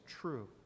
true